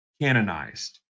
canonized